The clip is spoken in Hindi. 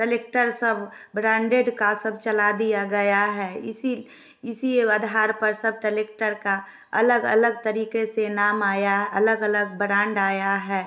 टलेक्टर सब ब्रेंडेड सब चला दिया गया है इसी इसी आधार पर सब टेलेक्टर का अलग अलग तरीके से नाम आया अलग अलग ब्रांड आया है